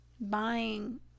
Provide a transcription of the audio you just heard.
buying